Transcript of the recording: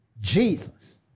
Jesus